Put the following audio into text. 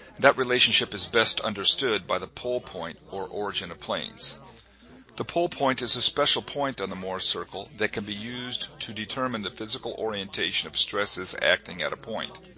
that relationship is best understood by the pole point, or origin of planes the pole point is a special point on the mohr circle that can be used to determine the physical orientation of stresses acting at a point.